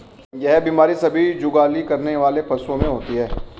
यह बीमारी सभी जुगाली करने वाले पशुओं में होती है